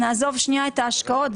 נעזוב את ההשקעות,